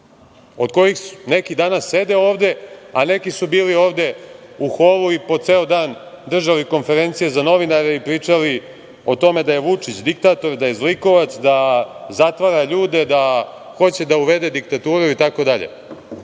od kojih neki danas sede ovde, a neki su bili ovde u holu i po ceo dan držali konferencije za novinare i pričali o tome da je Vučić diktator, da je zlikovac, da zatvara ljude, da hoće da uvede diktaturu, itd,